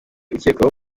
ukekwaho